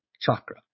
chakra